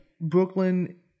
Brooklyn